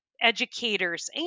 educators